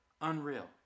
Unreal